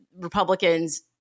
Republicans